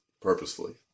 purposefully